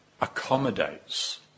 accommodates